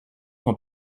sont